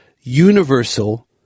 universal